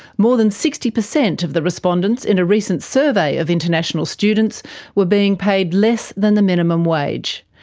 more than sixty percent of the respondents in a recent survey of international students were being paid less than the minimum wage.